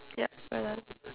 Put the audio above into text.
yup we're done